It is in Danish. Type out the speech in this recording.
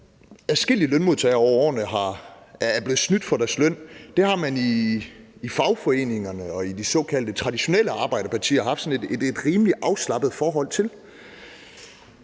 at adskillige lønmodtagere over årene er blevet snydt for deres løn, har man i fagforeninger og i de såkaldte traditionelle arbejderpartier haft sådan et rimelig afslappet forhold til.